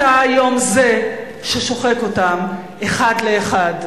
אתה היום זה ששוחק אותם אחד לאחד,